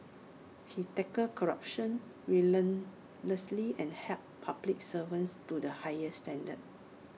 he tackled corruption relentlessly and held public servants to the highest standards